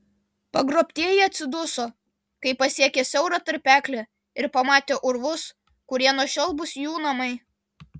pagrobtieji atsiduso kai pasiekė siaurą tarpeklį ir pamatė urvus kurie nuo šiol bus jų namai